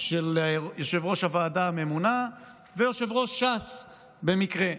של יושב-ראש הוועדה הממונה ויושב-ראש ש"ס במקרה.